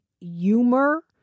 humor